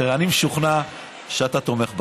אני משוכנע שאתה תומך בחוק.